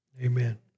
Amen